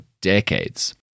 decades